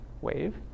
wave